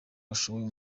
bashoboye